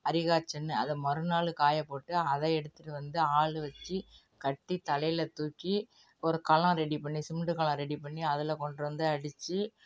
அறி காய்ச்சுன்னு அதை மறுநாள் காயப்போட்டு அதை எடுத்துகிட்டு வந்து ஆள் வச்சு கட்டி தலையில் தூக்கி ஒரு களம் ரெடி பண்ணி சிமெண்டு களம் ரெடி பண்ணி அதில் கொண்டு வந்து அடித்து